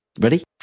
Ready